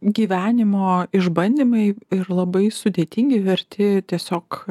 gyvenimo išbandymai ir labai sudėtingi verti tiesiog